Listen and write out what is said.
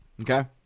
okay